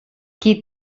qui